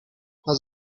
has